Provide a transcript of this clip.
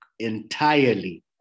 entirely